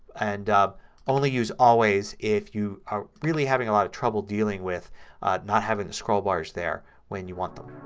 and only use always if you're ah really having a lot of trouble dealing with not having the scroll bars there when you want them.